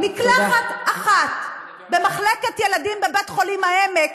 מקלחת אחת במחלקת ילדים בבית-חולים "העמק",